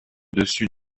dessus